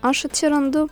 aš atsirandu